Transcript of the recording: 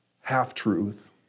half-truth